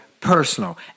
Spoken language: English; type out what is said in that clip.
personal